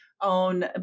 own